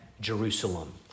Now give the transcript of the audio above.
Jerusalem